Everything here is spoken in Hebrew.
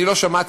אני לא שמעתי,